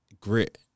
grit